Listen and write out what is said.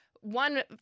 One